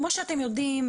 כמו שאתם יודעים,